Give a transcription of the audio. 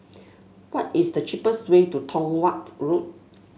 what is the cheapest way to Tong Watt Road